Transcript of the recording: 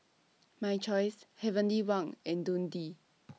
My Choice Heavenly Wang and Dundee